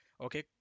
Okay